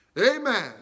Amen